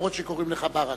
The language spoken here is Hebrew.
למרות שקוראים לך ברכה,